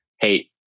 Hey